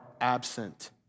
absent